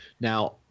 Now